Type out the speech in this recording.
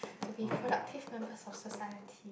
to be productive members of society